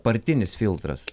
partinis filtras